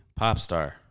Popstar